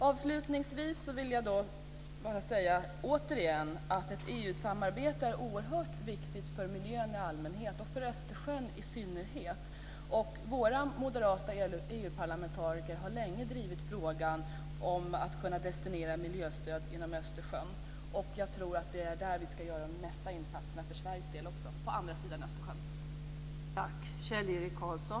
Avslutningsvis vill jag återigen säga att ett EU samarbete är oerhört viktigt för miljön i allmänhet och för Östersjön i synnerhet. Och våra moderata EU parlamentariker har länge drivit frågan om att man ska kunna destinera miljöstöd till Östersjön. Jag tror att det är där som vi ska göra de mesta insatserna för Sveriges del och då även på andra sidan Östersjön.